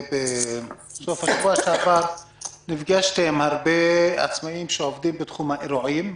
בסוף השבוע שעבר נפגשתי עם הרבה עצמאיים שעובדים בתחום האירועים,